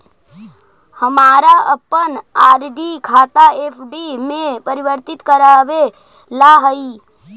हमारा अपन आर.डी खाता एफ.डी में परिवर्तित करवावे ला हई